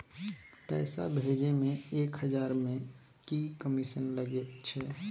पैसा भैजे मे एक हजार मे की कमिसन लगे अएछ?